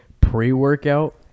pre-workout